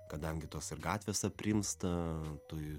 kadangi tos gatvės aprimsta tu